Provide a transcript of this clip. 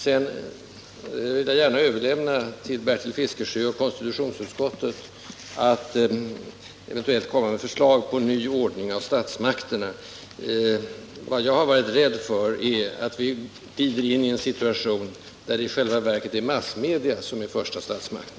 Sedan vill jag gärna överlämna till Bertil Fiskesjö och konstitutionsutskottet att eventuellt komma med förslag till ny numrering av statsmakterna. Vad jag har varit rädd för är att vi glider in i en situation, där det i själva verket är massmedia som är första statsmakten.